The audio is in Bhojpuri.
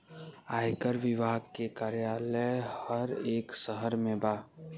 आयकर विभाग के कार्यालय हर एक शहर में बा